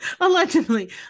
Allegedly